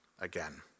again